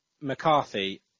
McCarthy